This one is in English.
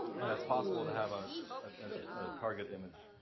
and it's possible to have a target image.